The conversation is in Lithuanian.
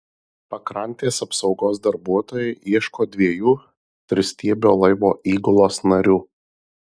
pakrantės apsaugos darbuotojai ieško dviejų tristiebio laivo įgulos narių